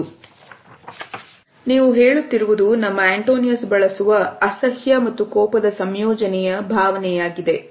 ಹೌದು ನೀವು ಹೇಳುತ್ತಿರುವುದು ನಮ್ಮ ಆಂಟೋನಿಯಸ್ ಬೆಳೆಸುವ ಸಸ್ಯ ಮತ್ತು ಕೋಪದ ಸಂಯೋಜನೆಯ ಭಾವನೆಯಾಗಿದೆ